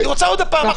היא רוצה עוד פעם,